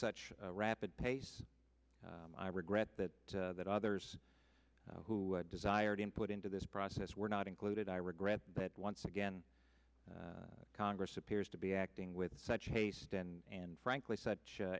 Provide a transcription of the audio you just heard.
such rapid pace i regret that that others who desired input into this process were not included i regret that once again congress appears to be acting with such haste and frankly such